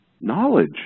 knowledge